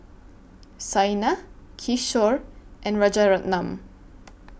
Saina Kishore and Rajaratnam